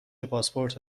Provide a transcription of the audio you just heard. پاسپورت